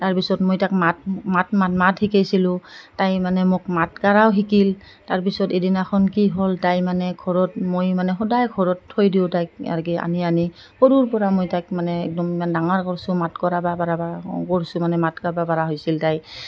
তাৰপিছত মই তাক মাত মাত মাত মাত শিকাইছিলোঁ তাই মানে মোক মাত কাৰাও শিকিল তাৰপিছত এদিনাখন কি হ'ল তাই মানে ঘৰত মই মানে সদায় ঘৰত থৈ দিওঁ তাইক আৰকে আনি আনি সৰুৰ পৰা মই তাইক মানে একদম ইমান ডাঙৰ কৰিছোঁ মাত কৰিব পাৰিব কৰিছোঁ মানে মাত কাৰিব পাৰা হৈছিল তাই